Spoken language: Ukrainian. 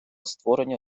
створення